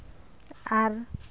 ᱟᱨ